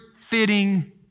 fitting